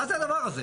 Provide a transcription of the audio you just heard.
מה זה הדבר הזה?